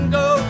go